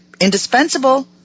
indispensable